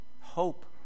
Hope